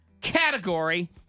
Category